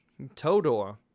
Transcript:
Todor